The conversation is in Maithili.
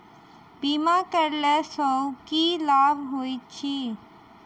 बीमा करैला सअ की लाभ होइत छी?